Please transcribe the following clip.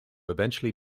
eventually